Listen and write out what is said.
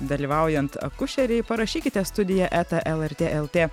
dalyvaujant akušerei parašykite studija eta lrt lt